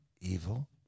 evil